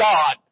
God